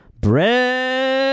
bread